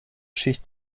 schicht